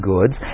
Goods